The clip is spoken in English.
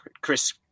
Chris